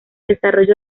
desarrollo